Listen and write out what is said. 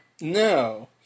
No